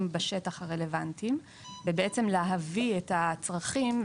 הרלוונטיים בשטח ובעצם להביא את הצרכים.